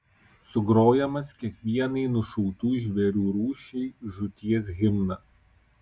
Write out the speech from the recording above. sugrojamas kiekvienai nušautų žvėrių rūšiai žūties himnas